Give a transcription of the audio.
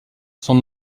sont